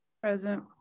Present